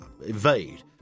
evade